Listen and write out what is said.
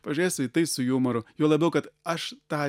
pažiūrėsiu į tai su jumoru juo labiau kad aš tą